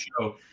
show